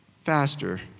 Faster